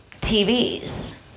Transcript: TVs